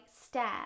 step